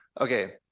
okay